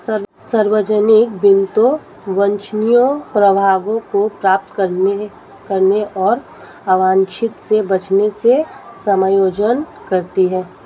सार्वजनिक वित्त वांछनीय प्रभावों को प्राप्त करने और अवांछित से बचने से समायोजन करती है